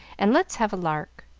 and let's have a lark.